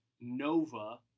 Nova